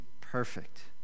perfect